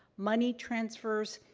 money transfers,